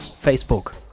Facebook